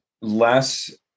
less